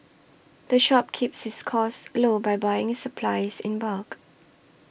the shop keeps its costs low by buying its supplies in bulk